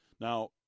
Now